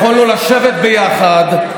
יכולנו לשבת ביחד,